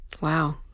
Wow